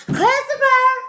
Christopher